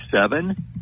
seven